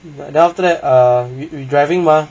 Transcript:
and after that err we driving mah